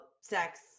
sex